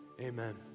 amen